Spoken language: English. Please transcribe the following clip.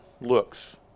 looks